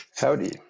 Howdy